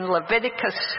Leviticus